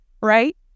right